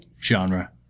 genre